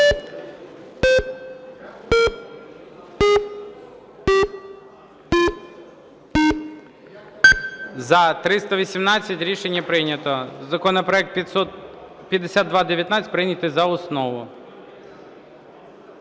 За-318 Рішення прийнято. Законопроект 5219 прийнятий за основу.